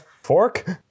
fork